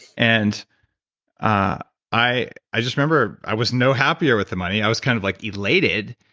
and ah i i just remember, i was no happier with the money. i was kind of like elated,